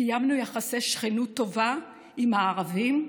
קיימנו יחסי שכנות טובה עם הערבים,